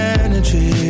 energy